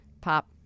pop